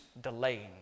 delaying